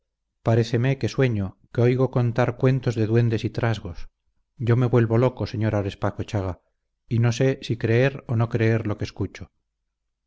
paréceme que sueño que oigo contar cuentos de duendes y trasgos yo me vuelvo loco sr arespacochaga y no sé si creer o no creer lo que escucho